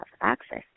access